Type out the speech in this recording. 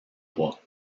poids